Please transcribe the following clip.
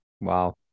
Wow